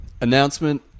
Announcement